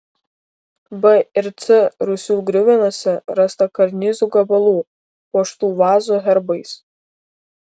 b ir c rūsių griuvenose rasta karnizų gabalų puoštų vazų herbais